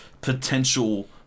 potential